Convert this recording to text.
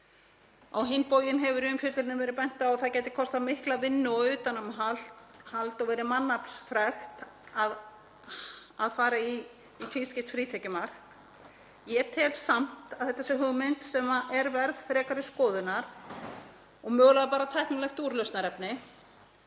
Á hinn bóginn hefur í umfjöllun verið bent á að það gæti kostað mikla vinnu og utanumhald og verið mannaflsfrekt að fara í tvískipt frítekjumark. Ég tel samt að þetta sé hugmynd sem sé verð frekari skoðunar og mögulega bara tæknilegt úrlausnarefni,